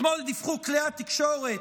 אתמול דיווחו כלי התקשורת,